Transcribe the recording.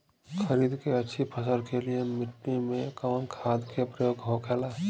खरीद के अच्छी फसल के लिए मिट्टी में कवन खाद के प्रयोग होखेला?